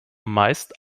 meist